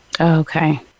Okay